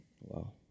Wow